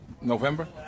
November